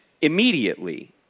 immediately